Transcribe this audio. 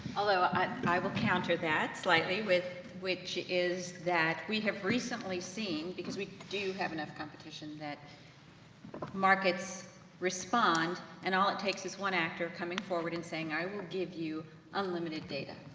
i i will counter that slightly with, which is that, we have recently seen, because we do have enough competition, that markets respond, and all it takes is one actor coming forward and saying, i will give you unlimited data,